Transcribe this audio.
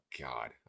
God